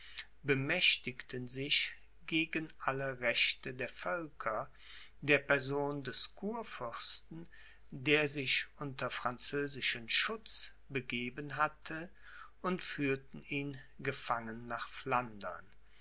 bemächtigten sich gegen alle rechte der völker der person des kurfürsten der sich unter französischen schutz begeben hatte und führten ihn gefangen nach flandern